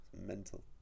mental